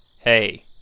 hey